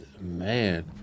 Man